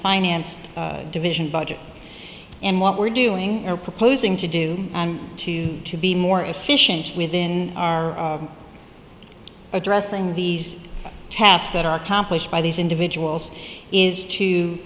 finance division budget and what we're doing or proposing to do and to to be more efficient within our addressing these tasks that are accomplished by these individuals is to